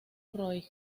roig